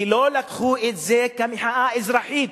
ולא לקחו את זה כמחאה אזרחית,